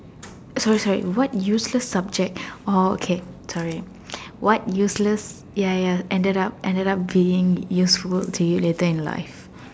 sorry sorry what useless subject oh okay sorry what useless ya ya ended up ended up being useful to you later in life